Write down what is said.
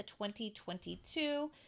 2022